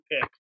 pick